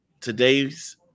Today's